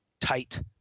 tight